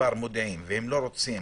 מודיעים ולא רוצים